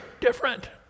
different